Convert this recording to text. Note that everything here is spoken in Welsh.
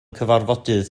cyfarfodydd